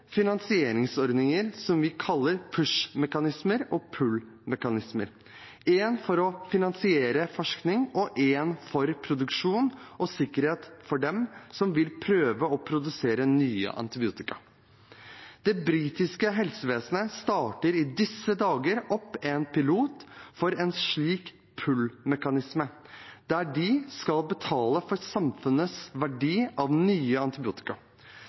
finansieringsordninger som vi kaller «push-mekanismer» og «pull-mekanismer» –en for å finansiere forskning og en for produksjon og sikkerhet for dem som vil prøve å produsere nye antibiotika. Det britiske helsevesenet starter i disse dager opp en pilot for en slik «pull-mekanisme», der de skal betale for samfunnets verdi av nye